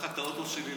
לקחת את האוטו שלי,